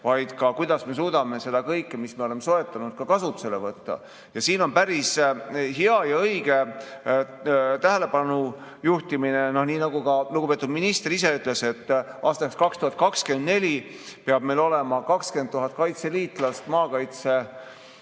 vaid ka, kuidas me suudame seda kõike, mis me oleme soetanud, kasutusele võtta. Siin on päris hea ja õige tähelepanu juhtimine, nii nagu ka lugupeetud minister ise ütles, et aastaks 2024 peab meil olema 20 000 kaitseliitlast maakaitseväes,